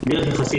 היא קצרה יחסית,